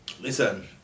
Listen